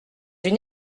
une